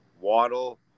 Waddle